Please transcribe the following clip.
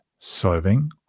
solving